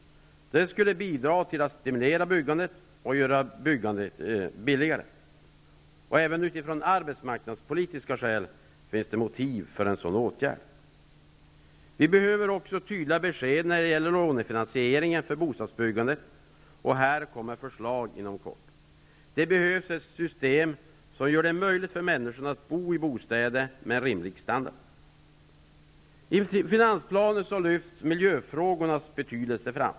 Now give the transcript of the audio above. Det skulle bidra till att byggandet stimuleras och till att byggandet blir billigare. Även av arbetsmarknadspolitiska skäl finns det motiv för en sådan åtgärd. Vi behöver också tydliga besked när det gäller lånefinansieringen för bostadsbyggandet, och här kommer förslag inom kort. Det behövs ett system som gör det möjligt för människorna att bo i bostäder som har en rimlig standard. I finansplanen lyfts miljöfrågornas betydelse fram.